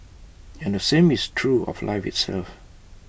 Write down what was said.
and the same is true of life itself